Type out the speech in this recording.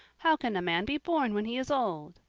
how can a man be born when he is old?